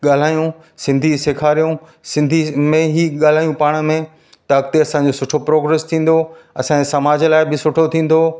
ॻाल्हाइयूं सिंधी सेखारियूं सिंधी में ई ॻाल्हाइयूं पाण में त अॻिते असांजो सुठो प्रोग्रेस थींदो असांजे समाज लाइ बि सुठो थींदो